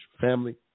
family